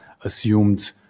assumed